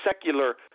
secular